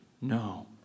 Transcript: No